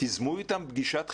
תיזמו איתם פגישת חירום.